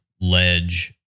ledge